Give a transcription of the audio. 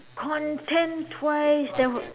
content wise there were